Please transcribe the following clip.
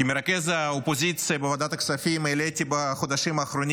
כמרכז האופוזיציה בוועדת הכספים העליתי בחודשים האחרונים